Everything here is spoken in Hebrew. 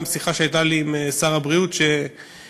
שיחה שהייתה לי עם שר הבריאות ידידי,